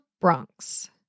Bronx